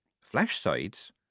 Flash-sides